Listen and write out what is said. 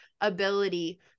ability